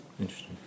interesting